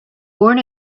born